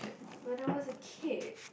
when I was a kid